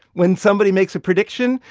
when somebody makes a prediction,